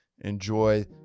Enjoy